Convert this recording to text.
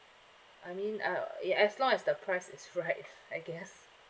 I mean uh ya as long as the price is right I guess